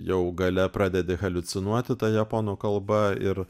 jau gale pradedi haliucinuoti ta japonų kalba ir